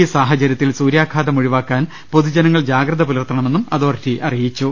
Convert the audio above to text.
ഈ സാഹചരൃത്തിൽ സൂര്യാഘാതം ഒഴിവാക്കാൻ പൊതുജനങ്ങൾ ജാഗ്രത പുലർത്തണമെന്നും അതോറിറ്റി അറിയിച്ചു